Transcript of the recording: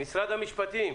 משרד המשפטים,